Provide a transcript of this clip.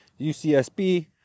UCSB